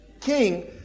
king